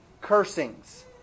cursings